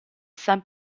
san